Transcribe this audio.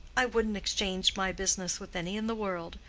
i wouldn't exchange my business with any in the world.